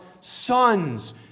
sons